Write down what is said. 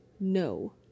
No